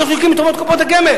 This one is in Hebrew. הם לא זקוקים לטובות של קופות הגמל.